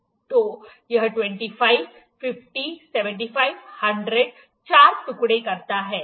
तो यह 25 50 75 100 चार टुकड़े करता है